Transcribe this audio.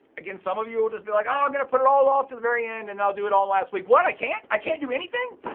again some of you will just be like, ah i'm gonna put it all off to the very end and i'll do it all last week. what i can't? i can't do anything?